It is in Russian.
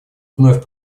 вновь